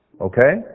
Okay